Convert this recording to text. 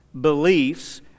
beliefs